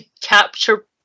capture